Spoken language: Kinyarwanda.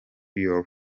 your